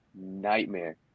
nightmare